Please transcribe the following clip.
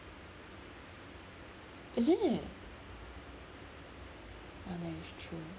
is it oh that is true